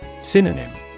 Synonym